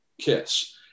KISS